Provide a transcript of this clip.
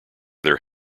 their